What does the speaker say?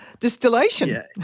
distillation